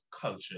culture